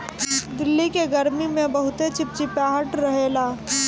दिल्ली के गरमी में बहुते चिपचिपाहट रहेला